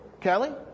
Kelly